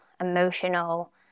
emotional